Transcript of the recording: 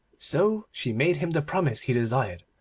so she made him the promise he desired,